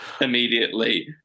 immediately